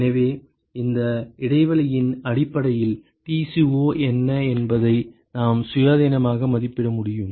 எனவே இந்த இடைவெளியின் அடிப்படையில் Tco என்ன என்பதை நாம் சுயாதீனமாக மதிப்பிட முடியும்